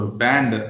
band